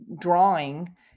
drawing